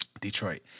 Detroit